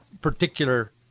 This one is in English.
particular